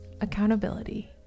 accountability